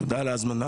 תודה על ההזמנה.